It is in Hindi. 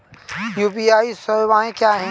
यू.पी.आई सवायें क्या हैं?